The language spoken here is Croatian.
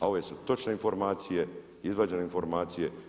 A ove su točne informacije, izvađene informacije.